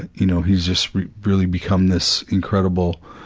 and you know, he's just really become this incredible,